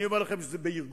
אני אומר לכם שבארגון,